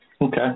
okay